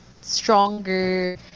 stronger